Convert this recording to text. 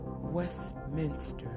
Westminster